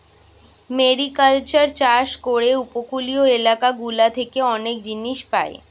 mariculture চাষ করে উপকূলীয় এলাকা গুলা থেকে অনেক জিনিস পায়